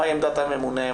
מהי עמדת הממונה,